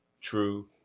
true